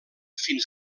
fins